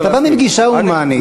אתה בא מגישה הומנית.